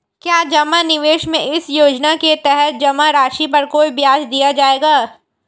क्या जमा निवेश में इस योजना के तहत जमा राशि पर कोई ब्याज दिया जाएगा?